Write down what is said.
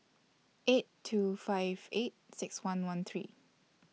eight two five eight six one one three